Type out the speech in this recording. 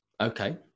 Okay